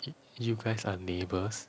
chi~ you guys are neighbours